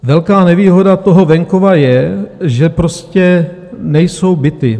Velká nevýhoda toho venkova je, že prostě nejsou byty.